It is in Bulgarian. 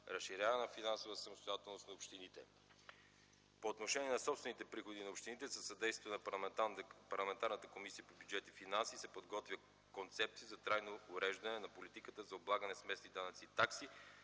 разширяване на финансовата самостоятелност на общините. По отношение на собствените приходи на общините със съдействието на парламентарната Комисия по бюджет и финанси се подготвя концепция за трайно уреждане на политиката за облагане с местни данъци и такси